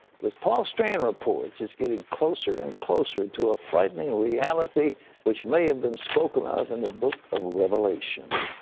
but as paul strand reports, it's getting closer and closer to a frightening reality which may have been spoken of in the book of revelation.